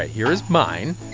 here's mine.